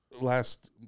last